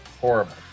Horrible